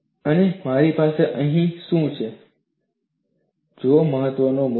અને મારી પાસે અહીં શું છે તે બીજો મહત્વનો મુદ્દો છે